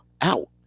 out